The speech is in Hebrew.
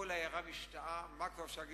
כל העיירה משתאה, מה כבר אפשר להגיד?